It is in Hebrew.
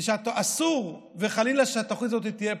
שאסור וחלילה שהתוכנית הזאת תהיה חד-פעמית.